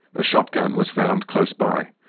a shotgun was found close by.